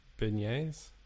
Beignets